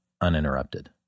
uninterrupted